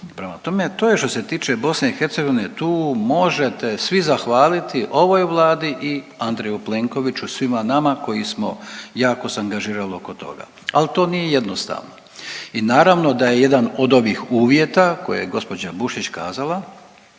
Prema tome, to je što se tiče BiH, tu možete svi zahvaliti ovoj Vladi i Andreju Plenkoviću, svima nama koji smo jako se angažirali oko toga. Ali to nije jednostavno. I naravno da je jedan od ovih uvjeta koje je gospođa Bušić kazala